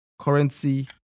Currency